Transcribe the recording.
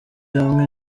hamwe